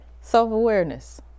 self-awareness